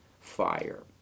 fire